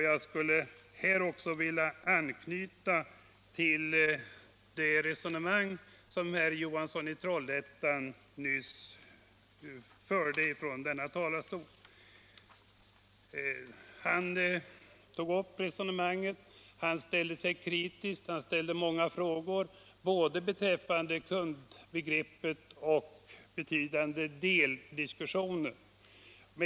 Jag skulle också vilja anknyta till det resonemang som herr Johansson i Trollhättan nyss förde ifrån denna talarstol. Han tog upp resonemanget, han ställde sig kritisk och ställde många frågor beträffande både kundbegreppet och ”betydande del”.